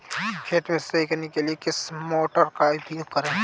खेत में सिंचाई करने के लिए किस मोटर का उपयोग करें?